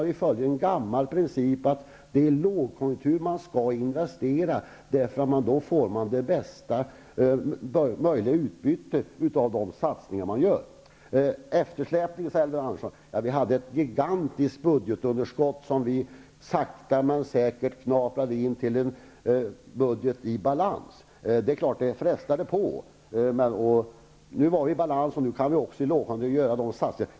Ja, vi följer en gammal princip: det är i en lågkonjunktur som man skall investera, för då får man bästa möjliga utbyte av de satsningar som man gör. Elving Andersson talar om eftersläpning. Ja, vi hade ett gigantiskt budgetunderskott, som vi sakta men säkert knaprade ned till en budget i balans, även om det frestade på. Nu i lågkonjunkturen kan man göra satsningar.